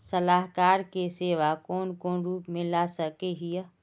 सलाहकार के सेवा कौन कौन रूप में ला सके हिये?